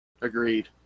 Agreed